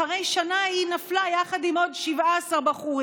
אחרי שנה היא נפלה יחד עם עוד 17 בחורים.